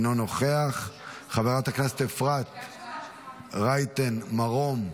אינו נוכח, חברת הכנסת אפרת רייטן מרום,